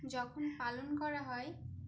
যখন পালন করা হয়